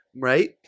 right